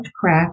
crack